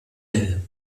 dill